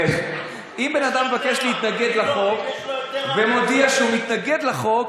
אם בן אדם מבקש להתנגד לחוק ומודיע שהוא מתנגד לחוק,